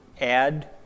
add